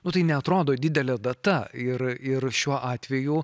nu tai neatrodo didelė data ir ir šiuo atveju